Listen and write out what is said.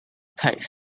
paste